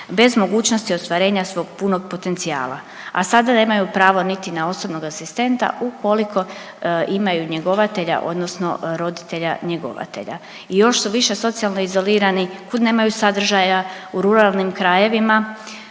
bez mogućnosti ostvarenja svog punog potencijala, a sada nemaju pravo niti na osobnog asistenta ukoliko imaju njegovatelja odnosno roditelja njegovatelja i još su više socijalno izolirani kud nemaju sadržaja u ruralnim krajevima,